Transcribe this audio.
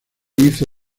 hizo